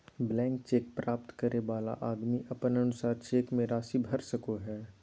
blank cheque प्राप्त करे वाला आदमी अपन अनुसार चेक मे राशि भर सको हय